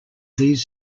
these